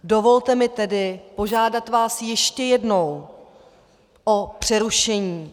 Dovolte mi tedy požádat vás ještě jednou o přerušení.